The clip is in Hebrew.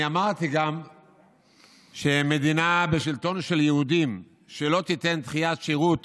אני אמרתי שמדינה בשלטון של יהודים שלא תיתן דחיית שירות